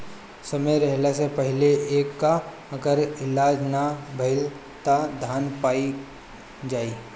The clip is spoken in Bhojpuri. समय रहला से पहिले एकर अगर इलाज ना भईल त धान पइया जाई